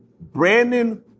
Brandon